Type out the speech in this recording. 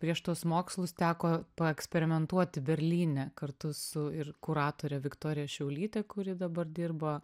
prieš tuos mokslus teko paeksperimentuoti berlyne kartu su ir kuratore viktorija šiaulyte kuri dabar dirba